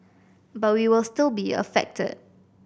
but we will still be affected